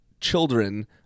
children